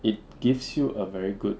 it gives you a very good